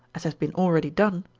as has been already done,